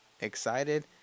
excited